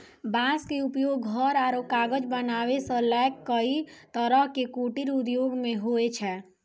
बांस के उपयोग घर आरो कागज बनावै सॅ लैक कई तरह के कुटीर उद्योग मॅ होय छै